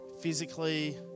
physically